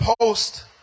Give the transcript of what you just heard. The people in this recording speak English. post